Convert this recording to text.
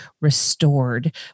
restored